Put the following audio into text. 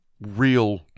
real